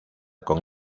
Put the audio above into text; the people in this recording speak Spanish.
con